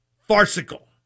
farcical